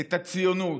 את הציונות,